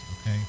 okay